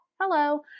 hello